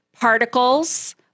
particles